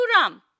Ram